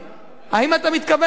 האם אתה מתכוון לאמץ?